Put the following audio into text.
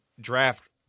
draft